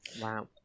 Wow